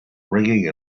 ringing